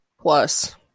plus